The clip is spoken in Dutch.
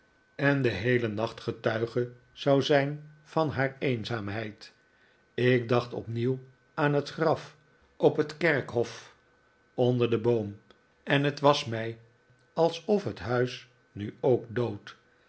en den heelen nacht getuige zou zijn van haar eenzaamheid ik dacht opnieuw aan het graf op het kerkhof onder den boom en het was mij alsof het huis nu ook dood